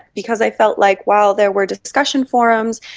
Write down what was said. because i felt like while there were discussion forums,